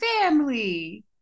family